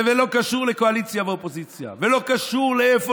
זה לא קשור לקואליציה ואופוזיציה ולא קשור לאיפה